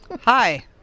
Hi